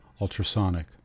Ultrasonic